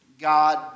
God